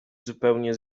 zupełnie